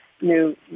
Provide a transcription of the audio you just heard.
new